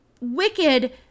wicked